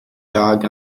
dog